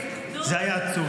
זה היה עצוב.